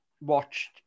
watched